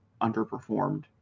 underperformed